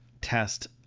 test